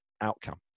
outcome